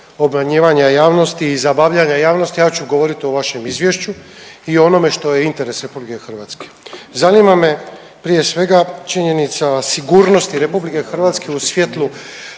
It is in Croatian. obmanjivanja javnosti i zabavljanja javnosti, ja ću govorit o vašem izvješću i o onome što je interes RH. Zanima me prije svega činjenica sigurnosti RH u svjetlu